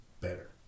better